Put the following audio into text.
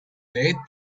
date